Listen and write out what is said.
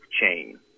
chain